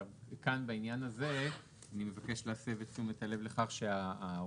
כאן בעניין הזה אני מבקש להסב את תשומת הלב לכך שההוראות